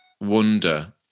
wonder